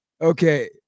Okay